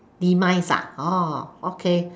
demise ah orh okay